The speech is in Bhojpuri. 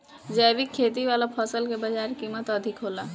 जैविक खेती वाला फसल के बाजार कीमत अधिक होला